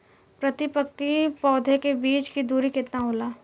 प्रति पंक्ति पौधे के बीच की दूरी केतना होला?